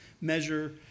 measure